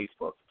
Facebook